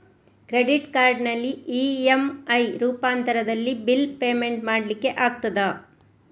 Credit ಕಾರ್ಡಿನಲ್ಲಿ EMI ರೂಪಾಂತರದಲ್ಲಿ bill payment ಮಾಡ್ಲಿಕ್ಕೆ ಆಗ್ತದ?